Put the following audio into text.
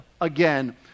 again